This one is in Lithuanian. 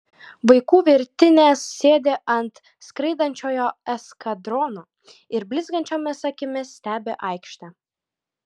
vaikų virtinės sėdi ant skraidančiojo eskadrono ir blizgančiomis akimis stebi aikštę